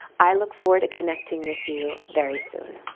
i look forward to connecting with you very soon